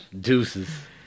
Deuces